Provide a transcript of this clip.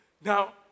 Now